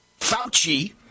Fauci